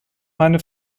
meine